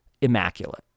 immaculate